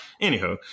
anyhow